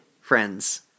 friends